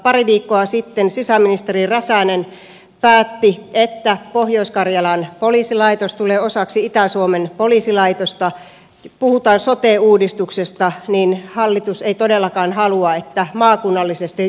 pari viikkoa sitten sisäministeri räsänen päätti että pohjois karjalan poliisilaitos tulee osaksi itä suomen poliisilaitosta ja kun puhutaan sote uudistuksesta niin hallitus ei todellakaan halua että maakunnallisesti järjestettäisiin sote alueet